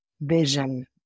vision